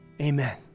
Amen